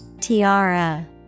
Tiara